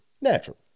natural